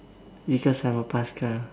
because I'm a paskal